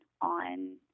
on